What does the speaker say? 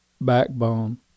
backbone